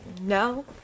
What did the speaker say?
No